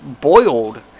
boiled